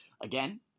Again